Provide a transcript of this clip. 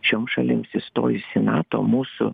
šioms šalims įstojus į nato mūsų